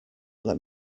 let